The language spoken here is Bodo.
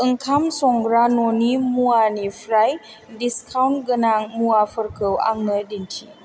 ओंखाम संग्रा न'नि मुवानिफ्राय डिसकाउन्ट गोनां मुवाफोरखौ आंनो दिन्थि